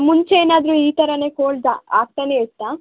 ಮುಂಚೆ ಏನಾದ್ರೂ ಈ ಥರನೆ ಕೋಲ್ಡ್ ಆಗ್ತಾನೇ ಇತ್ತಾ